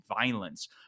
violence